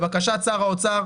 לבקשת שר האוצר,